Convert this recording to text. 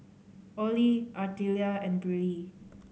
Orley Artelia and Briley